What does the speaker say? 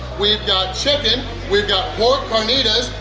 we've got chicken we've got pork carnitas,